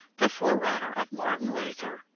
the forerunner of martin luther,